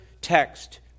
text